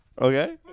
Okay